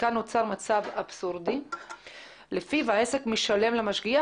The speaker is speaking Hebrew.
מכאן נוצר מצב אבסורדי לפיו העסק משלם למשגיח